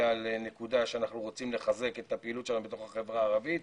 על נקודה שאנחנו רוצים לחזק את הפעילות בתוך החברה הערבית.